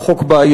הוא חוק בעייתי,